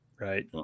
right